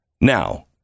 Now